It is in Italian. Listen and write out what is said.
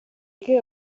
che